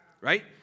Right